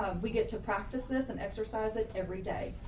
we get to practice this and exercise it every day,